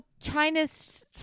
China's